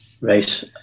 race